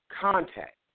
contact